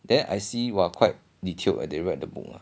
then I see !wah! quite detailed eh they write the book